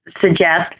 suggest